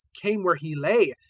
came where he lay,